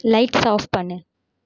lights off பண்ணு